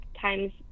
times